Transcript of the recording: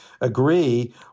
agree